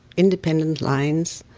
independent lines,